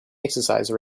exercise